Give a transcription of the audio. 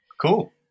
cool